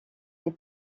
les